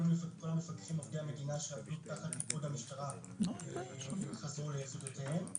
כל המפקחים עובדי המדינה שעבדו תחת פיקוד המשטרה חזרו ליסודותיהם.